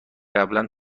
قبلا